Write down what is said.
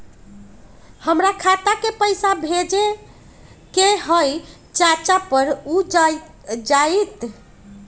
हमरा खाता के पईसा भेजेए के हई चाचा पर ऊ जाएत?